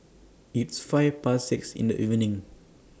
its five Past six in The evening